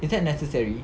is that necessary